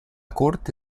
corte